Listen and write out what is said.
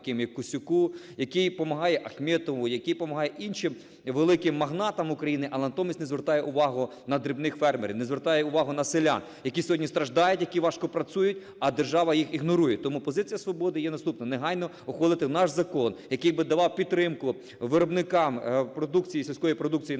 як Костюку, який помагає Ахметову, який помагає іншим великим магнатам України, але натомість не звертає увагу на дрібних фермерів, не звертає увагу на селян, які сьогодні страждають, які важко працюють, а держава їх ігнорує. Тому позиція "Свободи" є наступна. Негайно ухвалити наш закон, який би давав підтримку виробникам продукції, сільської продукції на селі,